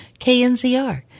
KNZR